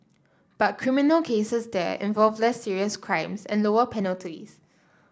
but criminal cases there involve less serious crimes and lower penalties